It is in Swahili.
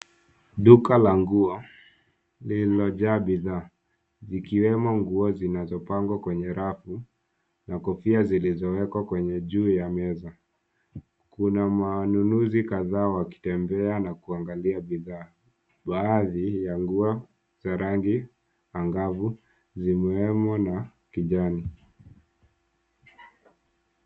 Duka la nguo lililojaa bidhaa zikiwemo nguo zinazopangwa kwenye rafu na kofia zilizowekwa kwenye juu ya meza. Kuna wanunuzi kadhaa wakitembea na kuangalia bidhaa. Baadhi ya nguo za rangi angavu zimeonwa na kijani.